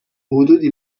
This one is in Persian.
حدودی